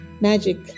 magic